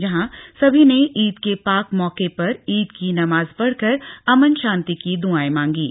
जहां सभी ने ईद के पाक मौके पर ईद की नमाज पढ़कर अमन शांति की दुआए मांगीं